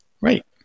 Right